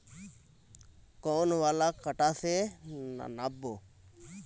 कौन वाला कटा से नाप बो?